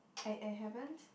I I haven't